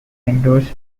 endorse